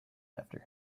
after